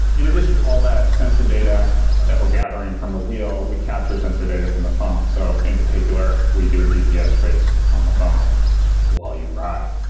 in addition to all that sensor data that we're gathering from the wheel, we capture sensor data from the phone. so in particular, we do a gps trace on the phone while you ride.